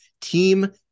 team